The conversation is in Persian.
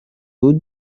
بود